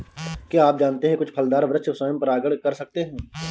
क्या आप जानते है कुछ फलदार वृक्ष स्वयं परागण कर सकते हैं?